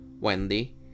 Wendy